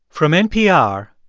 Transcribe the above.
from npr,